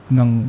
ng